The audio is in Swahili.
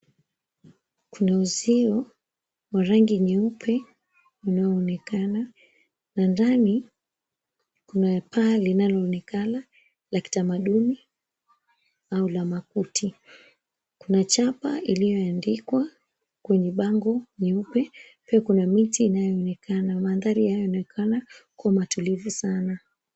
Kuna uzio wa rangi nyeupe unaoonekana na ndani kuna paa linaloonekana la kitamaduni au la makuti. Kuna chapa iliyoandikwa kwenye bango nyeupe, pia kuna miti inayoonekana. Mandhari yanaonekana kwa matulivu sana.